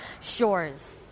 shores